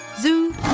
Zoo